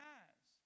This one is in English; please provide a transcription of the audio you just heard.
eyes